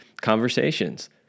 conversations